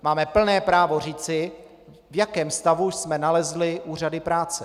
Máme plné právo říci, v jakém stavu jsme nalezli úřady práce.